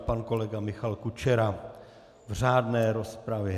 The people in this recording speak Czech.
Pan kolega Michal Kučera v řádné rozpravě.